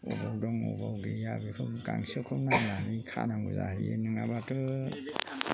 बबेयाव दं बबेयाव गैया बेखौ गांसोखौ नायनानै खानांगौ जाहैयो नङाबाथ'